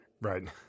Right